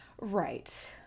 Right